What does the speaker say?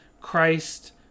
Christ